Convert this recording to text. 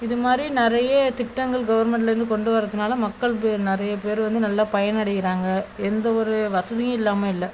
இதுமாதிரி நிறைய திட்டங்கள் கவர்மெண்ட்லேருந்து கொண்டு வர்றதுனால மக்களுக்கு நிறைய பேர் வந்து நல்லா பயனடைகிறாங்க எந்த ஒரு வசதியும் இல்லாமல் இல்லை